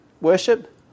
worship